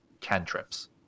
cantrips